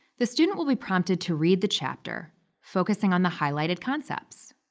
the student will be prompted to read the chapter focusing on the highlighted concepts.